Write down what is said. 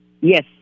Yes